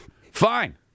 fine